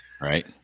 Right